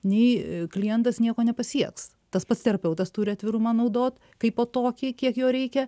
nei klientas nieko nepasieks tas pats terapeutas turi atvirumą naudot kaipo tokį kiek jo reikia